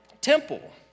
temple